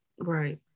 Right